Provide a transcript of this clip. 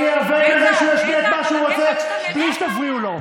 אני איאבק על זה שהוא ישמיע את מה שהוא רוצה בלי שתפריעו לו.